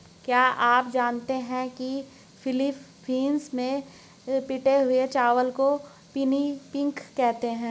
क्या आप जानते हैं कि फिलीपींस में पिटे हुए चावल को पिनिपिग कहते हैं